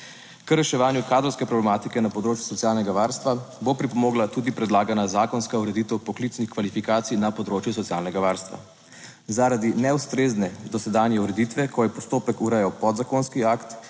K reševanju kadrovske problematike na področju socialnega varstva bo pripomogla tudi predlagana zakonska ureditev poklicnih kvalifikacij na področju socialnega varstva. Zaradi neustrezne dosedanje ureditve, ko je postopek urejal podzakonski akt,